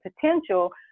potential